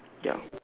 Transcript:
ya